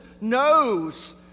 knows